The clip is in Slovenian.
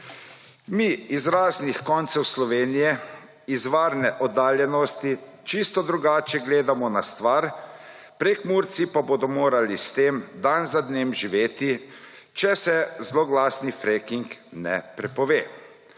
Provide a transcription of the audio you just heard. Mi iz raznih koncev Slovenije iz varne oddaljenosti čisto drugače gledamo na stvar, Prekmurci pa bodo morali s tem dan za dnem živeti, če se zloglasnega frackinga ne prepove.